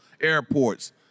airports